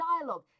dialogue